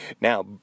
Now